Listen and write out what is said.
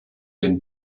den